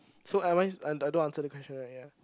so I want I I don't answer the question right ya